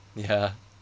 ya